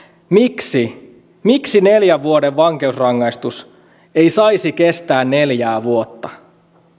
miksi miksi neljän vuoden vankeusrangaistus ei saisi kestää neljää vuotta